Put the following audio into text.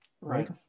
right